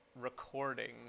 recording